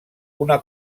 una